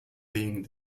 being